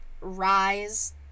Rise